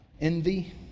Envy